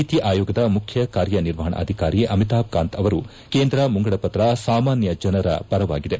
ನೀತಿ ಆಯೋಗದ ಮುಖ್ಯ ಕಾರ್ಯನಿರ್ವಪಕ ಅಧಿಕಾರಿ ಅಮಿತಾಭ್ ಕಾಂತ್ ಅವರು ಕೇಂದ್ರ ಮುಂಗಡ ಪಕ್ರ ಸಮಾನ್ಯ ಜನರ ಪರವಾಗಿದೆ